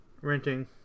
renting